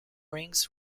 rings